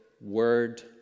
word